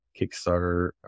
kickstarter